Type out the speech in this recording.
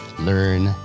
learn